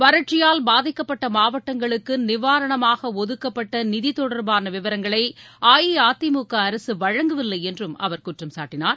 வறட்சியால் பாதிக்கப்பட்ட மாவட்டங்களுக்கு நிவாரணமாக ஒதுக்கப்பட்ட நிதித்தொடர்பான விவரங்களை அஇஅதிமுக அரசு வழங்கவில்லை என்றும் அவர் குற்றம் சாட்டினார்